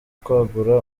kwagura